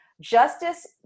justice